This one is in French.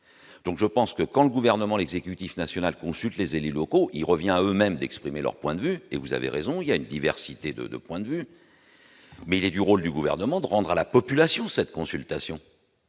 donc je pense que quand le gouvernement, l'exécutif national consulte les élus locaux, il revient à eux-mêmes, d'exprimer leur point de vue et vous avez raison, il y a une diversité de de points de vue mais il est du rôle du gouvernement de rendre à la population, cette consultation